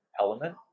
element